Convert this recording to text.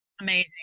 amazing